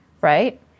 right